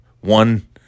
One –